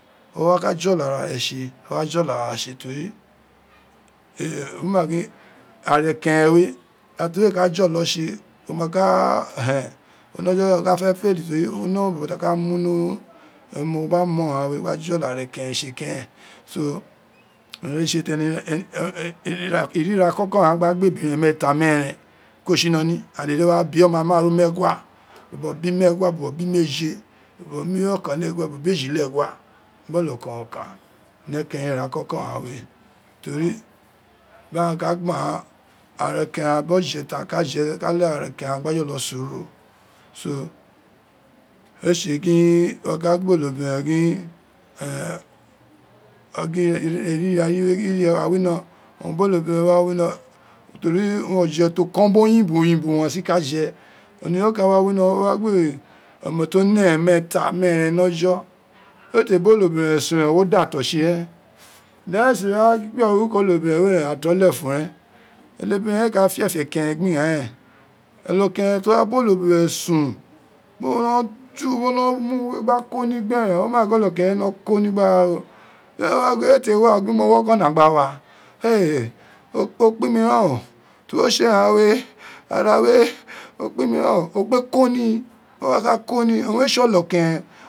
O wa ka jolo ara fe tse jolo ara re tse wo ma gin ara eleren we ira ti we ka folo tse o ma ka o ne ojo bobo to wa ka fe fail ten o ne urun bobo ta ka mu ni emoon ghan gba mon gba jolo ara ekeren tse so owun re tse tene ira ira koko ghan gba gba obiren meeta koko ghan gba gba obiren meeta meeren bo tsi iloli aghan dede wa bi oma masn meegua bobo bi meegha bobo bi meeje bobo bi okanlegja bobo bi ejilegha gbe onokeren okan ekeren ira koko ghan we teri nagjan ka gba aghan ara eken gja biri ofe tagjan kq je owun re leghe ara ekeren gjan gba soro so ee tse gin o kgba gba olobiren gin ina ire yiwe gidife ma wino owun biri olobiren wa wono teri oje ti o kon biri oyinbu oyinbu owun aghan si ka je onoye okan wa wino o wa gba to neghe meeta mereen mi ojo wee te ba oloboren sun wo da ato tsi ren daghan ee ato lefun re olobiren ee ka fiofo ono keren egbe igha ren onokeren to wa ba ono bren sun biri wo no mi yun we gba koni gbe ren o ma gin onokeren re no koni gba ra ro eete wa o wa gin mo wino gona gba wa e o kpin mi ren o ti wo tse ghan we ara we o kpin mi ren ren o kpe ko ni were a ka koni owun re tse olokeren